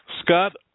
Scott